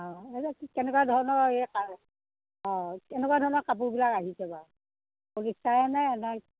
অ কেনেকুৱা ধৰণৰ এই কা অ কেনেকুৱা ধৰণৰ কাপোৰবিলাক আহিছে বাৰু পলিষ্টাৰেইনে নে